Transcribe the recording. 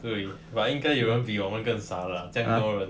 对 but 应该有人比我们更少 lah 这样多人